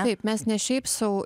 taip mes ne šiaip sau